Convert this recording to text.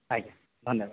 ଆଜ୍ଞା ଧନ୍ୟବାଦ